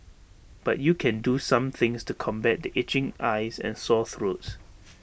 but you can do some things to combat the itching eyes and sore throats